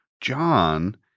John